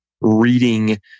reading